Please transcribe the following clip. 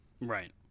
Right